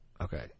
Okay